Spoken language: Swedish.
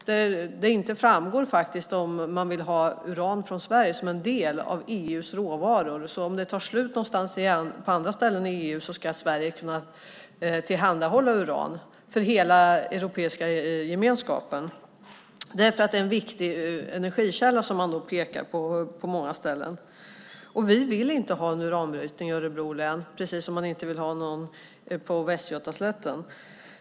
Där framgår det faktiskt inte om man vill ha uran från Sverige som en del av EU:s råvaror, så att Sverige, om det tar slut någonstans på andra ställen i EU, ska kunna tillhandahålla uran för hela Europeiska gemenskapen därför att det är en viktig energikälla. Det pekar man på på många ställen. Vi vill inte ha uranbrytning i Örebro län, precis som man inte vill ha det på Västgötaslätten.